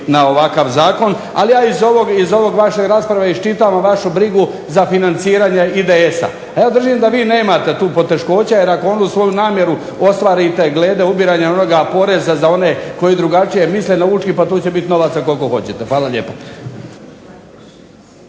na ovakav Zakona. Ali ja iz vaše rasprave iščitavam vašu brigu za financiranje IDS-a. Ja držim da vi nemate toliko poteškoća jer ako onu svoju namjeru ostvarite glede ubiranja onoga poreza za one koji drugačije misle na Učki, tu će biti novaca koliko hoćete. Hvala lijepo.